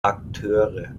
akteure